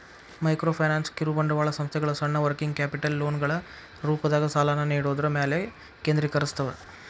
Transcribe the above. microfinance ಕಿರುಬಂಡವಾಳ ಸಂಸ್ಥೆಗಳ ಸಣ್ಣ ವರ್ಕಿಂಗ್ ಕ್ಯಾಪಿಟಲ್ ಲೋನ್ಗಳ ರೂಪದಾಗ ಸಾಲನ ನೇಡೋದ್ರ ಮ್ಯಾಲೆ ಕೇಂದ್ರೇಕರಸ್ತವ